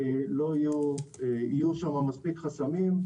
יהיו שם מספיק חסמים,